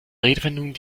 redewendungen